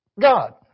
God